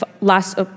last